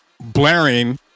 blaring